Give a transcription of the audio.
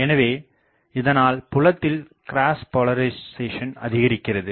எனவே இதனால் புலத்தில் கிராஸ் போலரிசேசன் அதிகரிக்கிறது